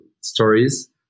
stories